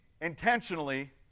Intentionally